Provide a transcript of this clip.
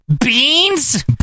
Beans